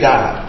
God